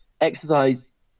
exercise